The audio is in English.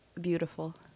beautiful